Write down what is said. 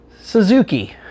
Suzuki